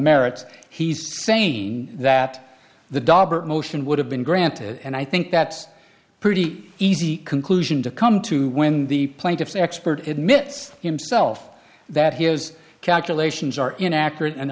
merits he's saying that the dobber motion would have been granted and i think that's a pretty easy conclusion to come to when the plaintiff's expert admits himself that he has calculations are inaccurate and